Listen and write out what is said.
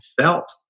felt